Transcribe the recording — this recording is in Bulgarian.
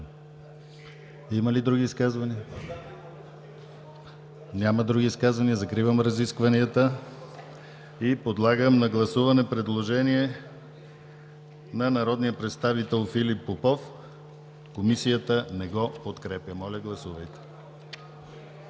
Има ли други изказвания? Няма. Закривам разискванията. Подлагам на гласуване предложение на народния представител Филип Попов, Комисията не го подкрепя. Гласували